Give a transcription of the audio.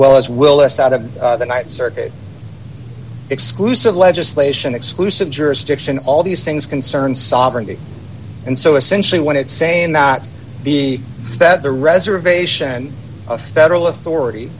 well as will this out of the night circuit exclusive legislation exclusive jurisdiction all these things concern sovereignty and so essentially what it's saying that the fed the reservation a federal authority